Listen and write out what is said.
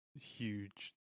huge